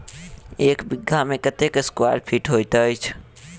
एक बीघा मे कत्ते स्क्वायर फीट होइत अछि?